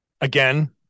again